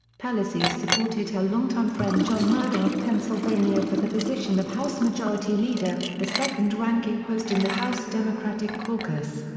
pelosi supported her longtime friend john murtha of pennsylvania for the position of house majority leader, the second-ranking post in the house democratic caucus.